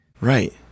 Right